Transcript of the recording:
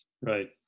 Right